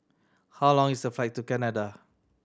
how long is the flight to Canada